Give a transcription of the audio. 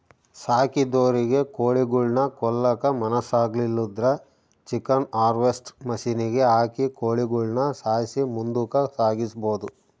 ಸಾಕಿದೊರಿಗೆ ಕೋಳಿಗುಳ್ನ ಕೊಲ್ಲಕ ಮನಸಾಗ್ಲಿಲ್ಲುದ್ರ ಚಿಕನ್ ಹಾರ್ವೆಸ್ಟ್ರ್ ಮಷಿನಿಗೆ ಹಾಕಿ ಕೋಳಿಗುಳ್ನ ಸಾಯ್ಸಿ ಮುಂದುಕ ಸಾಗಿಸಬೊದು